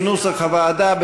כנוסח הוועדה,